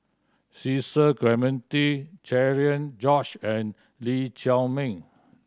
Cecil Clementi Cherian George and Lee Chiaw Meng